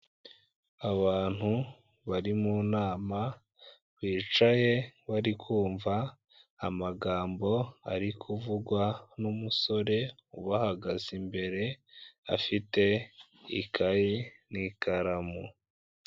Abantu bari mu nama bicaye bari kumva amagambo ari kuvugwa n'umusore ubahagaze imbere afite ikayi n'ikaramu.